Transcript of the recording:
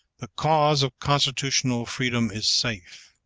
the cause of constitutional freedom is safe.